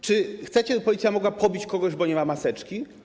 Czy chcecie, by policja mogła pobić kogoś, bo nie ma maseczki?